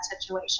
situation